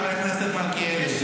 --- חבר הכנסת מלכיאלי.